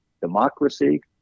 democracy